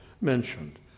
mentioned